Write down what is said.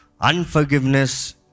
Unforgiveness